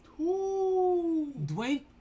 Dwayne